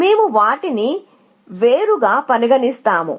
మేము వాటిని వేరుగా పరిగణిస్తాము